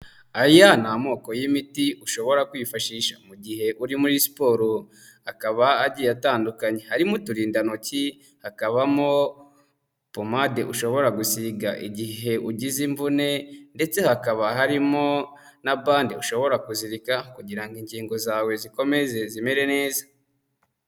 Aya ni amoko y'imiti ushobora kwifashisha mu gihe uri muri siporo, akaba agiye atandukanye, harimo uturindantoki, hakabamo pomade ushobora gusiga igihe ugize imvune ndetse hakaba harimo na bande ushobora kuzirika kugira ngo ingingo zawe zikomeze zimere neza.